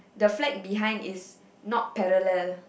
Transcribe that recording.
the flag behind is not parallel